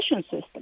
system